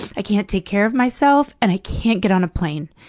i can't take care of myself, and i can't get on a plane.